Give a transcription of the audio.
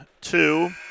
two